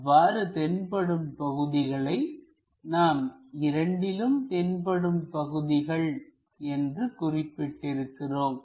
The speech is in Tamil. அவ்வாறு தென்படும் பகுதிகளை நாம் இரண்டிலும் தென்படும் பகுதிகள் என்று குறிப்பிட்டு இருக்கிறோம்